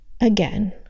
Again